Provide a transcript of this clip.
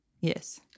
Yes